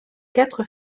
quatre